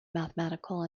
mathematical